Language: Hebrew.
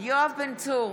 יואב בן צור,